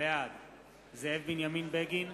בעד זאב בנימין בגין,